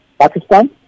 Pakistan